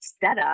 setup